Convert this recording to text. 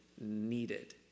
needed